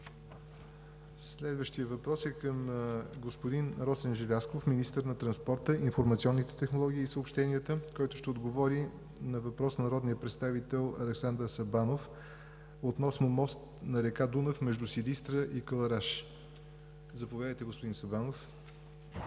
Следващият въпрос е към господин Росен Желязков – министър на транспорта, информационните технологии и съобщенията. Той ще отговори на въпрос на народния представител Александър Сабанов относно мост на река Дунав между Силистра и Кълъраш. Заповядайте, господин Сабанов.